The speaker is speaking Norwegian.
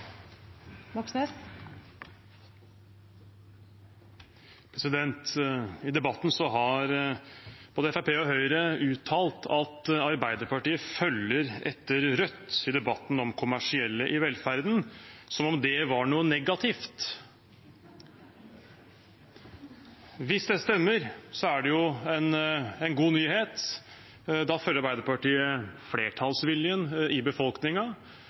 I debatten har både Fremskrittspartiet og Høyre uttalt at Arbeiderpartiet følger etter Rødt i debatten om kommersielle i velferden, som om det var noe negativt. Hvis det stemmer, er det jo en god nyhet. Da følger Arbeiderpartiet flertallsviljen i